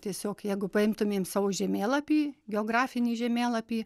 tiesiog jeigu paimtumėm savo žemėlapį geografinį žemėlapį